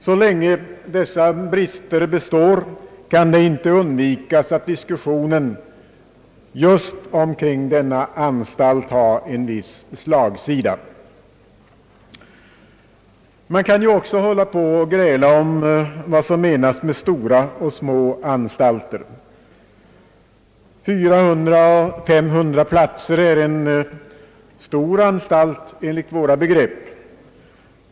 Så länge dessa brister består kan det inte undvikas att diskussionen just kring denna anstalt har en viss slagsida. Man kan ju också hålla på och gräla om vad som menas med stora och små anstalter. Mellan 400 och 5300 platser är en stor anstalt enligt våra begrepp.